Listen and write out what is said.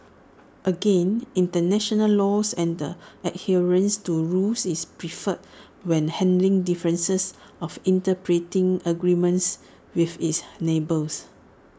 again International laws and the adherence to rules is preferred when handling differences of interpreting agreements with its neighbours